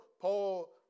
Paul